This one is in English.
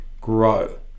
grow